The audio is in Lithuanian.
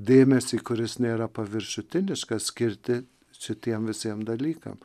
dėmesį kuris nėra paviršutiniškas skirti šitiem visiem dalykam